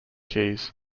keys